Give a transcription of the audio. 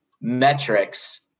metrics